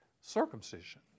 Circumcision